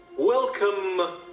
Welcome